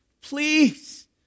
please